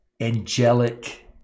angelic